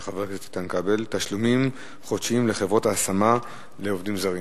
תשלומים חודשיים לחברות להשמת עובדים זרים.